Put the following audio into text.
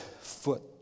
foot